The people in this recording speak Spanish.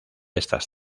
estas